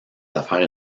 affaires